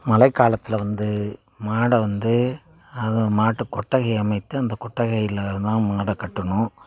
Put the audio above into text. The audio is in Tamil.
மழைக் காலத்தில் வந்து மாடை வந்து அதுவும் மாட்டுக் கொட்டகை அமைத்து அந்த கொட்டகையில்தான் மாடைக் கட்டணும்